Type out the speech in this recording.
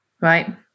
right